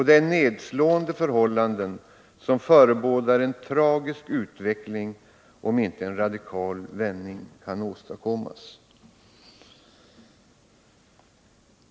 Det är nedslående förhållanden, som förebådar en tragisk utveckling, såvida inte en radikal vändning kan åstadkommas.